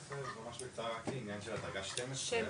שלום,